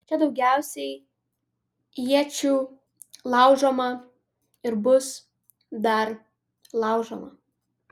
čia daugiausiai iečių laužoma ir bus dar laužoma